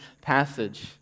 passage